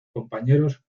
compañeros